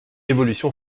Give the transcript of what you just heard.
évolution